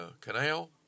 canal